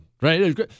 right